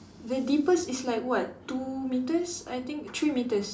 the deepest is like what two metres I think three metres